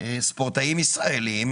ספורטאים ישראלים,